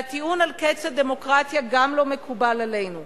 והטיעון על קץ דמוקרטיה גם לא מקובל עלינו.